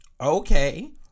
Okay